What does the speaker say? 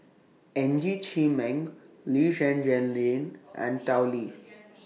Ng Chee Meng Lee Zhen Zhen Jane and Tao Li